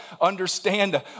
understand